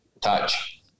touch